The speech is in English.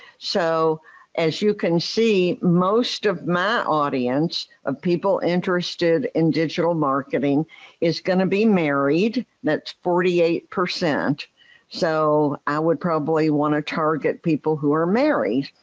so as you can see most of my audience of people interested in digital marketing is going to be married. that's forty eight percent so i would probably want to target people who are married.